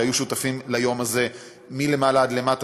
שהיו שותפים ליום הזה מלמעלה עד למטה,